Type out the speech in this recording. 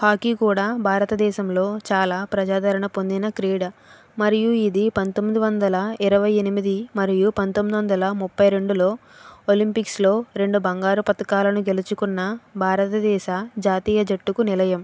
hockey కూడా భారతదేశంలో చాలా ప్రజాదారణ పొందిన క్రీడ మరియు ఇది పంతొమ్మిది వందల ఇరవై ఎనిమిది మరియు పంతొమ్మిది వందల ముప్పై రెండులో ఒలింపిక్స్లో రెండు బంగారు పతకాలను గెలుచుకున్న భారతదేశ జాతీయ జట్టుకు నిలయం